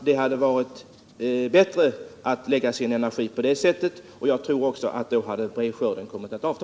Då hade, tror jag, brevskörden kommit att avta.